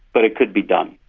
but it could be done.